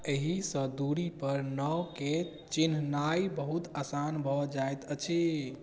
एहि सँ दूरी पर नावके चिन्हनाइ बहुत आसान भऽ जायत अछि